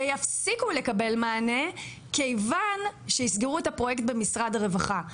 ויפסיקו לקבל מענה כיוון שיסגרו את הפרויקט במשרד הרווחה,